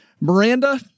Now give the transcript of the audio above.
Miranda